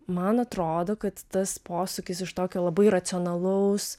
man atrodo kad tas posūkis iš tokio labai racionalaus